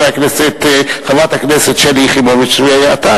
חברת הכנסת שלי יחימוביץ ואתה,